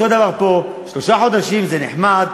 אותו דבר פה: שלושה חודשים זה נחמד,